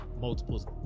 multiples